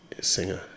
Singer